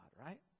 right